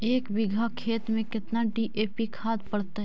एक बिघा खेत में केतना डी.ए.पी खाद पड़तै?